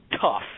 tough